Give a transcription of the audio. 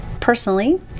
Personally